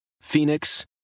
Phoenix